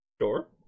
Sure